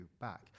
back